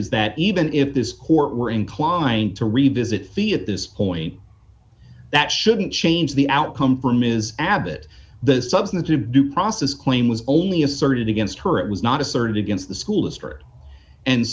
is that even if this court were inclined to revisit feet at this point that shouldn't change the outcome from is abot the substantive due process claim was only asserted against her it was not asserted against the school start and